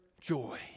joy